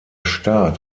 staat